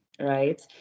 right